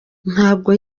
ntabwo